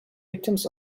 victims